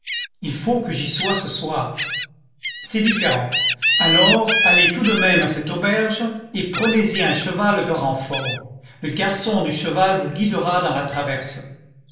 il faut que j'y sois ce soir c'est différent alors allez tout de même à cette auberge et prenez-y un cheval de renfort le garçon du cheval vous guidera dans la traverse